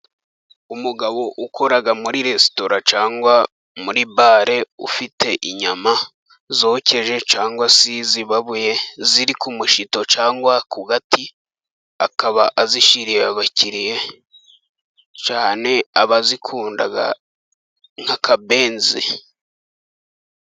Umugabo ukora muri resitora cyangwa muri bale, ufite inyama zokeje cyangwa se zibabuye ziri ku mushito cyangwa ku gati. Akaba azishyiriye abakiriya cyangwa abazikunda nk'akabenzi.